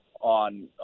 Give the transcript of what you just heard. On